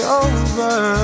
over